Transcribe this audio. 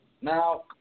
Now